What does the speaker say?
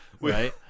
right